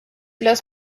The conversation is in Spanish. los